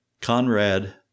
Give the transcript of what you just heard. Conrad